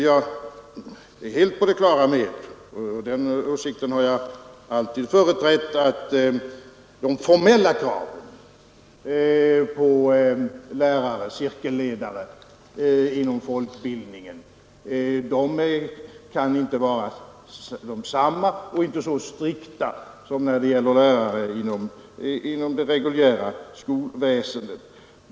Jag är helt på det klara med — och den åsikten har jag alltid företrätt — att de formella kraven på cirkelledare inom folkbildningen inte kan vara desamma och inte kan vara så strikta som för lärare inom det reguljära skolväsendet.